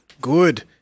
good